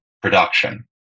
production